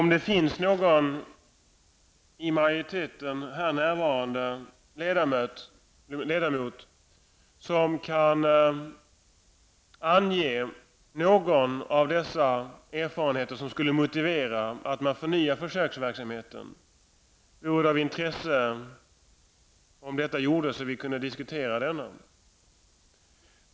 Om det nu finns någon ledamot från utskottsmajoriteten närvarande som kan ange någon erfarenhet som skulle motivera att man förnyar försöksverksamheten vore det av intresse om detta gjordes, så att vi kan diskutera denna.